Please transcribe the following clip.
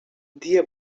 dia